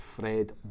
Fred